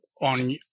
on